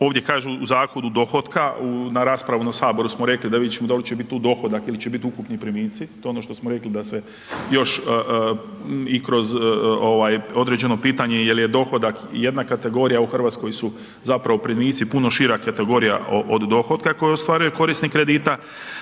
ovdje kažu u zakonu dohotka, na raspravi u saboru smo rekli da vidjet ćemo da li će tu biti dohodak ili će biti ukupni primici, to je ono što smo rekli da se još i kroz ovaj određeno pitanje jel je dohodak jedna kategorija, a u Hrvatskoj su primici zapravo puno šira kategorija od dohotka koju ostvaruje korisnik kredita.